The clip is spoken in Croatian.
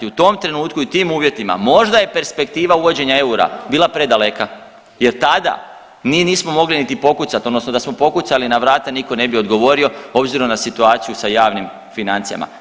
U tom trenutku i tim uvjetima, možda je perspektiva uvođenja eura bila predaleka jer tada mi nismo mogli niti pokucati, odnosno da smo pokucali na vrata, nitko ne bi odgovorio obzirom na situaciju sa javnim financijama.